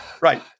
Right